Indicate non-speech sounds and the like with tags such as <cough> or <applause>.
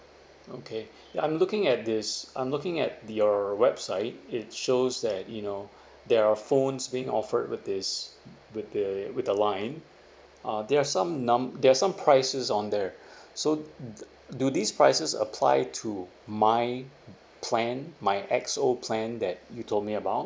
okay <breath> ya I'm looking at this I'm looking at your website it shows that you know <breath> there are phones being offered with this with the with the line uh there are some num~ there're some prices on there <breath> so mm the do these prices apply to my plan my XO plan that you told me about